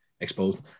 exposed